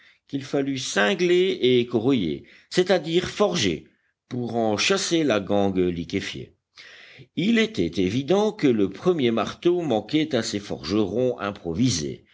qu'il fallut cingler et corroyer c'est-à-dire forger pour en chasser la gangue liquéfiée il était évident que le premier marteau manquait à ces forgerons improvisés